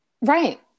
Right